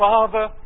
Father